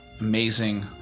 amazing